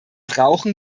rauchen